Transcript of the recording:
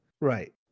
Right